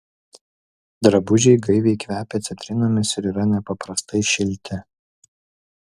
drabužiai gaiviai kvepia citrinomis ir yra nepaprastai šilti